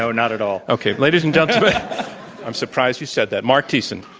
so not at all. okay. ladies and gentlemen i'm surprised you said that. marc thiessen.